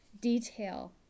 detail